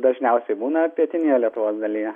dažniausiai būna pietinėje lietuvos dalyje